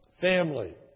family